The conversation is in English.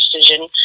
decision